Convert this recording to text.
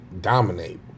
dominate